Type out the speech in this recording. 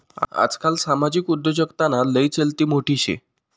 आजकाल सामाजिक उद्योजकताना लय चलती मोठी शे